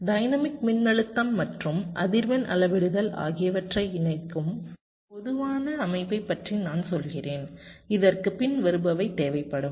dynamic மின்னழுத்தம் மற்றும் அதிர்வெண் அளவிடுதல் ஆகியவற்றை இணைக்கும் ஒரு பொதுவான அமைப்பைப் பற்றி நான் சொல்கிறேன் இதற்கு பின்வருபவை தேவைப்படும்